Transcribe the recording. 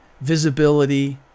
visibility